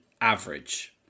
average